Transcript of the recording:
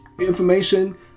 information